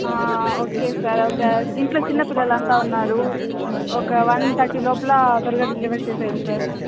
okay sir okay ఇంట్లో చిన్న పిల్లలు అంతా ఉన్నారు ఒక వన్ థర్టీ లోపల త్వరగా డెలివరీ చేసేయండి సార్